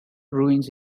ruins